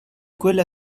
quella